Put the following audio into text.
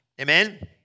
Amen